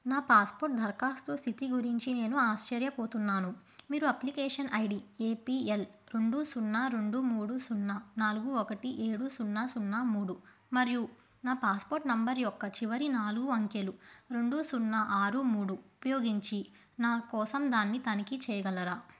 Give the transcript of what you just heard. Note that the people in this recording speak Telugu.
నా పాస్పోర్ట్ దరఖాస్తు స్థితి గురించి నేను ఆశ్చర్యపోతున్నాను మీరు application I D A P L రెండు సున్నా రెండు మూడు సున్నా నాలుగు ఒకటి ఏడు సున్నా సున్నా మూడు మరియు నా పాస్పోర్ట్ నెంబర్ యొక్క చివరి నాలుగు అంకెలు రెండు సున్నా ఆరు మూడు ఉపయోగించి నా కోసం దానిని తనిఖీ చేయగలరా